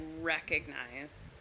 recognize